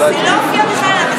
זה לא הופיע בכלל על